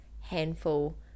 handful